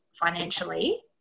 financially